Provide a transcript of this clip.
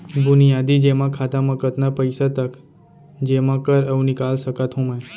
बुनियादी जेमा खाता म कतना पइसा तक जेमा कर अऊ निकाल सकत हो मैं?